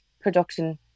production